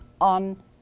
on